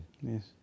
Yes